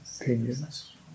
opinions